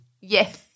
Yes